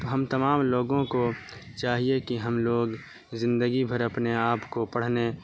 ہم تمام لوگوں کو چاہیے کہ ہم لوگ زندگی بھر اپنے آپ کو پڑھنے